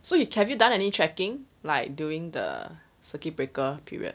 so you have you done any trekking like during the circuit breaker period